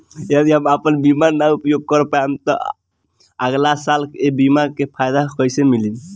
यदि हम आपन बीमा ना उपयोग कर पाएम त अगलासाल ए बीमा के फाइदा कइसे मिली?